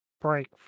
break